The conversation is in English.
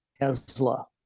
Tesla